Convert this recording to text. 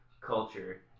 culture